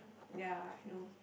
ya I know